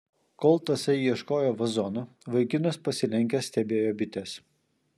kol tasai ieškojo vazono vaikinas pasilenkęs stebėjo bites